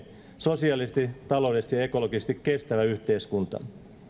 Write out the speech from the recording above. sosiaalisesti taloudellisesti ja ekologisesti kestävä yhteiskunta maailman